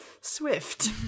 swift